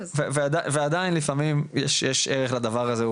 ועדיין לפעמים יש ערך לדבר הזה,